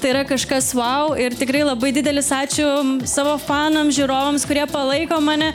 tai yra kažkas vau ir tikrai labai didelis ačiū savo fanam žiūrovams kurie palaiko mane